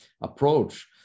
approach